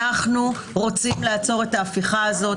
אנחנו רוצים לעצור את ההפיכה הזאת,